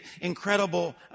incredible